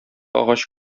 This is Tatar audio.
агач